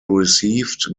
received